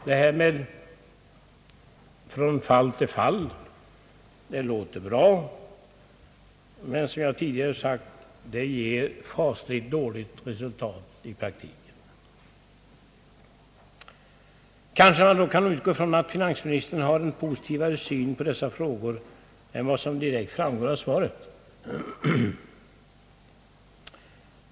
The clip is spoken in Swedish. Det där talet om »från fall till fall» låter bra, men som jag tidigare har sagt ger det fasligt dåligt resultat i praktiken. Kanske man då kan utgå ifrån att finansministern har en positivare syn på dessa frågor än som direkt framgår av svaret?